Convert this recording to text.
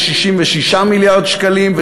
ל-66 מיליארד שקלים,